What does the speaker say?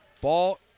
Ball